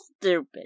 stupid